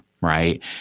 right